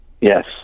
Yes